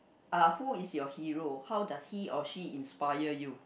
uh who is your hero how does he or she inspire you